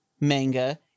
manga